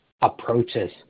approaches